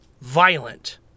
violent